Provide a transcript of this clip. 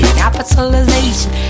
capitalization